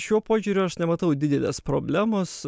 šiuo požiūriu aš nematau didelės problemos